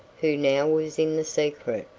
who now was in the secret,